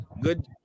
Good